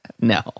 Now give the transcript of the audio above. No